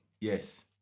Yes